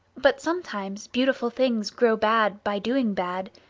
but sometimes beautiful things grow bad by doing bad,